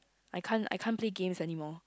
I can't I can't play games anymore